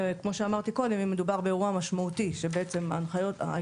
וכמו שאמרתי קודם אם מדובר באירוע משמעותי שבעצם העקרונות